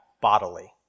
bodily